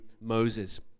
Moses